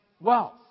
wealth